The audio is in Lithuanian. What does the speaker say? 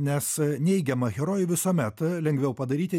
nes neigiamą herojų visuomet lengviau padaryti